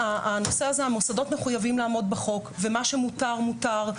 המוסדות מחויבים לעמוד בחוק, ומה שמותר מותר.